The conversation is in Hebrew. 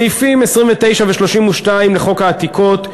סעיפים 29 ו-32 לחוק העתיקות,